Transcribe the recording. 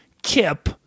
kip